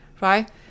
right